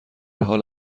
حال